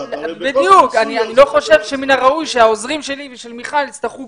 אני לא חושב שראוי שהעוזרים שלי ושל מיכל יצטרכו